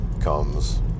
comes